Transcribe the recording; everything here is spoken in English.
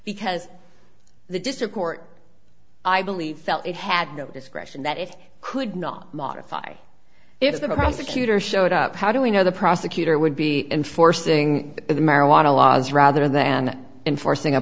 because the district court i believe felt it had no discretion that it could not modify if the prosecutor showed up how do we know the prosecutor would be enforcing the marijuana laws rather than enforcing a